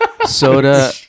soda